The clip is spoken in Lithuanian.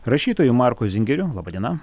rašytoju marku zingeriu laba diena